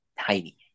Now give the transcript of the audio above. tiny